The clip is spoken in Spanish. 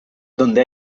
donde